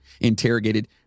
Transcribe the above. interrogated